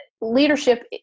leadership